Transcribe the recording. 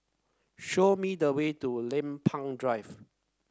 show me the way to Lempeng Drive